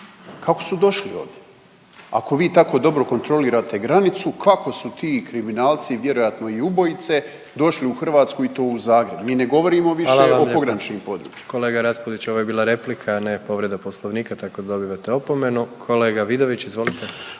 Kako su došli ovdje? Ako vi tako dobro kontrolirate granicu, kako su ti kriminalci, vjerojatno i ubojice došli u Hrvatsku i to u Zagreb? Mi ne govorimo više…/Upadica predsjednik: Hvala vam./…o pograničnim područjima. **Jandroković, Gordan (HDZ)** Kolega Raspudić, ovo je bila replika, a ne povreda poslovnika tako da dobivate opomenu. Kolega Vidović, izvolite.